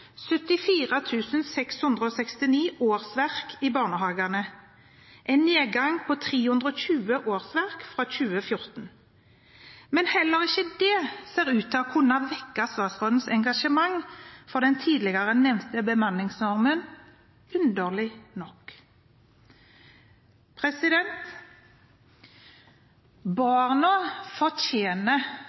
669 årsverk i barnehagene – en nedgang på 320 årsverk fra 2014. Men heller ikke det ser ut til å kunne vekke statsrådens engasjement for den tidligere nevnte bemanningsnormen, underlig nok. Barna fortjener